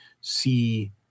see